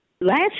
Last